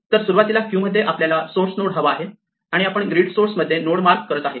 तर सुरुवातीला क्यू मध्ये आपल्याला सोर्स नोड हवा आहे आणि आपण ग्रीडमध्ये सोर्स नोड मार्क करत आहे